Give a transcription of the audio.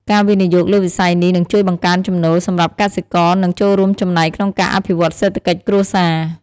ការវិនិយោគលើវិស័យនេះនឹងជួយបង្កើនចំណូលសម្រាប់កសិករនិងចូលរួមចំណែកក្នុងការអភិវឌ្ឍសេដ្ឋកិច្ចគ្រួសារ។